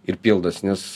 ir pildos nes